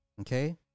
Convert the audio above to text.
Okay